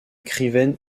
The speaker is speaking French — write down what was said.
écrivaine